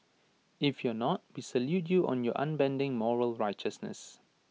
if you're not we salute you on your unbending moral righteousness